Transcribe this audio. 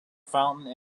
fountain